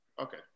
Okay